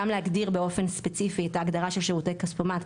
גם להגדיר באופן ספציפי את ההגדרה של שירותי כספומט,